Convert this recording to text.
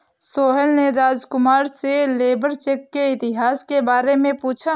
सोहेल ने राजकुमार से labour check के इतिहास के बारे में पूछा